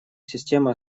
система